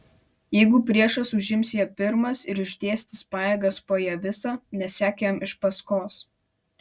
jeigu priešas užims ją pirmas ir išdėstys pajėgas po ją visą nesek jam iš paskos